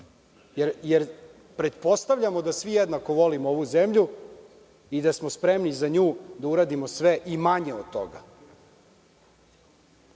jer pretpostavljamo da svi jednako volimo ovu zemlju i da smo spremni za nju da uradimo sve i manje od toga. Ako